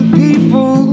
people